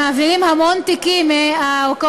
אולי תרגיעו עם ההסתה